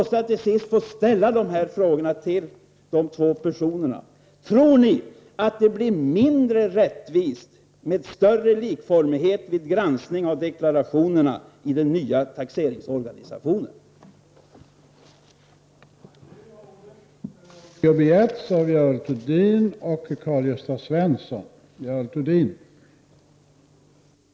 Till sist vill jag fråga er båda: Tror ni att en större likformighet när det gäller granskningen av deklarationerna i den nya taxeringsorganisationen kommer att innebära ett mindre rättvist system?